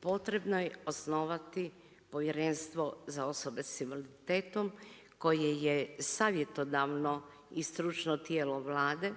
potrebno je osnovati povjerenstvo za osobe sa invaliditetom koje je savjetodavno i stručno tijelo Vlade,